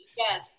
Yes